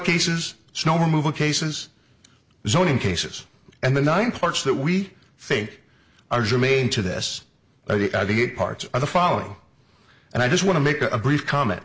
cases snow removal cases zoning cases and the nine parts that we think are germane to this the parts of the following and i just want to make a brief comment